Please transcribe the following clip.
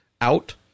out